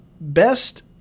Best